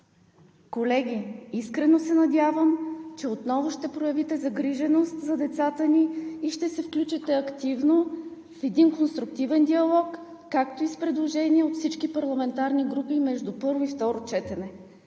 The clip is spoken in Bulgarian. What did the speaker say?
Колеги, искрено се надявам, че отново ще проявите загриженост за децата ни и ще се включите активно в един конструктивен диалог, както и с предложения от всички парламентарни групи между първо и второ четене,